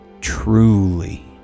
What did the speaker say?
Truly